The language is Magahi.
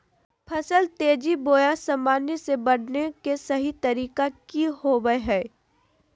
फसल तेजी बोया सामान्य से बढने के सहि तरीका कि होवय हैय?